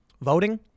voting